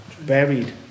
buried